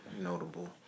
notable